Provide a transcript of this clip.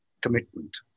commitment